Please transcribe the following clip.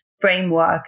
framework